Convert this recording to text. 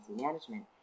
management